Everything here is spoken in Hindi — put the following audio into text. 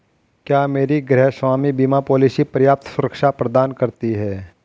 क्या मेरी गृहस्वामी बीमा पॉलिसी पर्याप्त सुरक्षा प्रदान करती है?